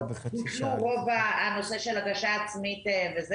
הגשה עצמית.